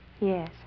yes